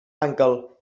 uncle